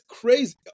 crazy